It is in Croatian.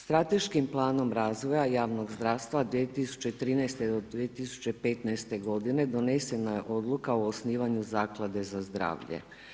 Strateškim planom razvoja javnog zdravstva 2013. do 2015. godine donesena je odluka o osnivanju Zaklade za zdravlje.